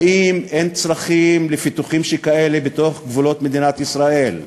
האם אין צרכים לפיתוחים שכאלה בתוך גבולות מדינת ישראל?